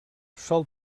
sol